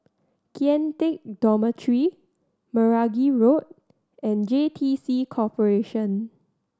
Kian Teck Dormitory Meragi Road and J T C Corporation